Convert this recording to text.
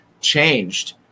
changed